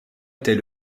était